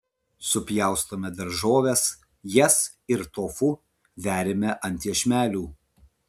supjaustome daržoves jas ir tofu veriame ant iešmelių